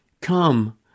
Come